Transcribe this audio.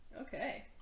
Okay